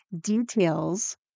details